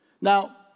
Now